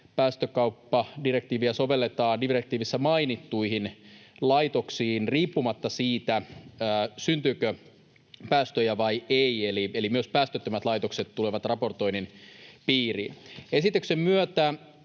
päästökauppadirektiiviä sovelletaan direktiivissä mainittuihin laitoksiin riippumatta siitä, syntyykö päästöjä vai ei, eli myös päästöttömät laitokset tulevat raportoinnin piiriin. Esityksen myötä